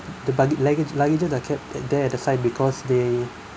the bagg~ luggage luggages are kept there at the side because they